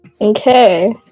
Okay